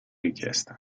richiesta